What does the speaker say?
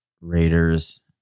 Raiders